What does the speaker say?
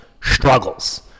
struggles